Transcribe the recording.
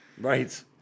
Right